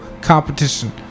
competition